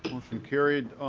motion carried.